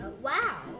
Wow